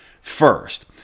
first